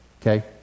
Okay